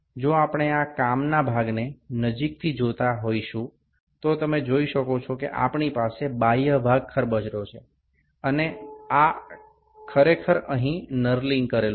જો આપણે આ કામના ભાગને નજીકથી જોતા હોઈશું તો તમે જોઈ શકો છો કે આપણી પાસે બાહ્ય ભાગ ખરબચડો છે આ ખરેખર અહીં નરલિંગ કરેલું છે